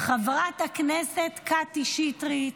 חברת הכנסת קטי שטרית.